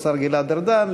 השר גלעד ארדן,